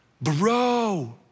bro